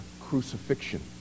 crucifixion